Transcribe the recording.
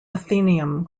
athenaeum